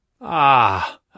Ah